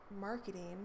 marketing